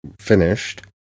finished